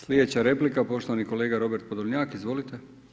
Slijedeća replika, poštovani kolega Robert Podolnjak, izvolite.